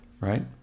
Right